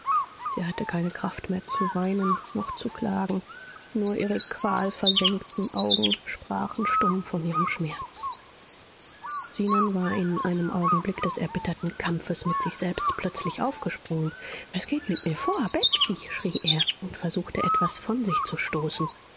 sie hatte keine kraft mehr zu weinen noch zu klagen nur ihre qualversengten augen sprachen stumm von ihrem schmerz zenon war in einem augenblick des erbitterten kampfes mit sich selbst plötzlich aufgesprungen was geht mit mir vor betsy schrie er und versuchte etwas von sich zu stoßen